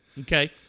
Okay